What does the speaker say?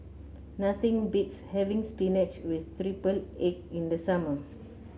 nothing beats having spinach with triple egg in the summer